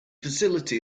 facility